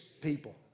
people